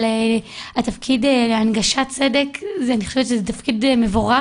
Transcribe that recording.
על התפקיד הנגשת צדק אני חושבת שזה תפקיד מבורך